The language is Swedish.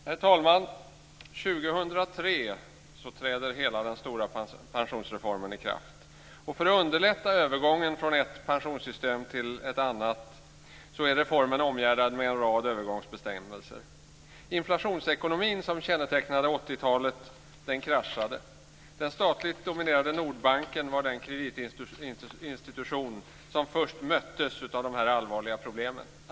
Herr talman! 2003 träder hela den stora pensionsreformen i kraft. För att underlätta övergången från ett pensionssystem till ett annat är reformen omgärdad med en rad övergångsbestämmelser. Den inflationsekonomi som kännetecknade 80-talet kraschade. Statligt dominerade Nordbanken var den kreditinstitution som först möttes av de här allvarliga problemen.